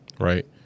right